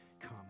come